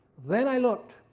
then i looked,